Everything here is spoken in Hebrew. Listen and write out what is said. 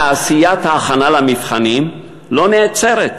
תעשיית ההכנה למבחנים לא נעצרת,